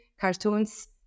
cartoons